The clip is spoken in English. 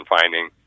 finding